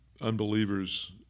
unbelievers